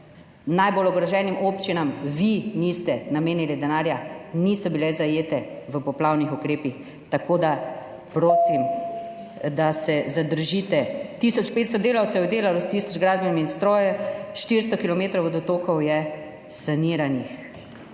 najbolj ogroženim občinam. Vi niste namenili denarja, niso bile zajete v poplavnih ukrepih. Tako da prosim, da se zadržite. »Tisoč 500 delavcev je delalo s tisoč gradbenimi stroji, 400 kilometrov vodotokov je saniranih.«